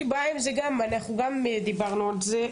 אנחנו גם דיברנו על זה.